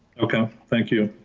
okay, thank you.